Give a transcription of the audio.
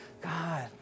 God